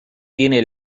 tiene